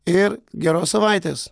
ir geros savaitės